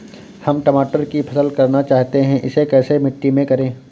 हम टमाटर की फसल करना चाहते हैं इसे कैसी मिट्टी में करें?